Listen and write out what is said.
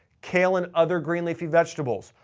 kale and other green leafy vegetables,